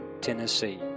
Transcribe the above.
Tennessee